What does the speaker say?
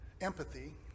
empathy